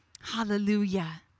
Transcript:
Hallelujah